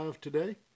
today